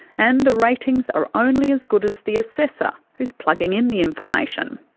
and the ratings are only as good as the assessor who's plugging in the information.